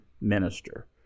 minister